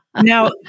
Now